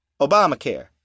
Obamacare